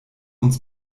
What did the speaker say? uns